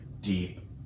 deep